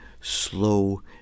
slow